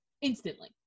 instantly